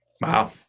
Wow